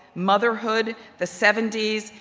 motherhood, the seventy s,